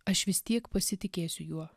aš vis tiek pasitikėsiu juo